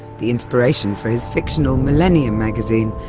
the inspiration for his fictional millennium magazine,